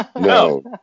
No